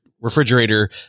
refrigerator